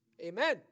Amen